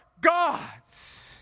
God's